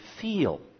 feel